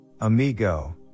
amigo